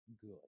good